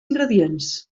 ingredients